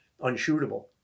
unshootable